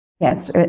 Yes